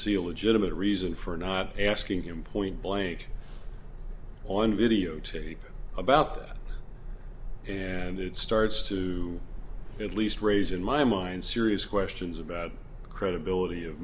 see a legitimate reason for not asking him point blank on videotape about that and it starts to at least raise in my mind serious questions about the credibility of